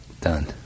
Done